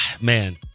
man